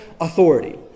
authority